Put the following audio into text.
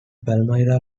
palmyra